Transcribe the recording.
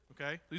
okay